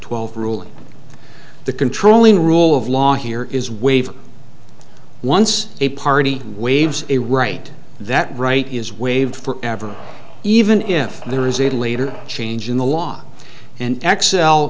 twelve ruling the controlling rule of law here is waive once a party waves a right that right is waived forever even if there is a later change in the law and x